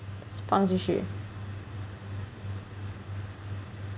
放进去